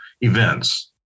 events